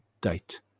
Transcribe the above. date